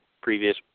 previous